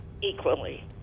equally